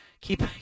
Keep